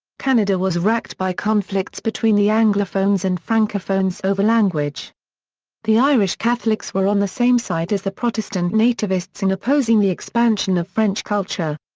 canada was wracked by conflicts between the anglophones and francophones over language the irish catholics were on the same side as the protestant nativists in opposing the expansion of french culture.